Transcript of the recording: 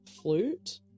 flute